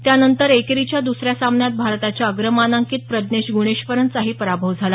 त्यानंतर एकेरीच्या द्सऱ्या सामन्यात भारताच्या अग्रमानांकित प्रज्ञेश ग्रणेश्वरनचाही पराभव झाला